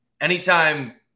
Anytime